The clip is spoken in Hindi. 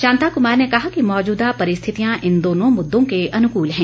शांता कुमार ने कहा कि मौजूदा परिस्थितियां इन दोनों मुद्दों के अनुकूल है